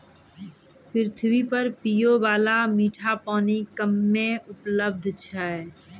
पृथ्वी पर पियै बाला मीठा पानी कम्मे उपलब्ध छै